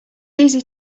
easy